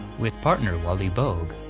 with partner wally boag,